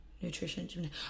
Nutrition